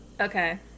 okay